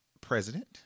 president